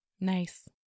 Nice